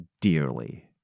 dearly